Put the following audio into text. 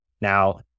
Now